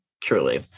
Truly